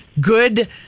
good